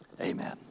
Amen